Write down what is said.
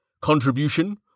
Contribution